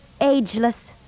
ageless